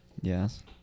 Yes